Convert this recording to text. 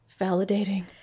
Validating